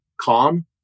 calm